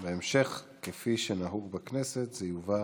בהמשך, כפי שנהוג בכנסת, זה יובא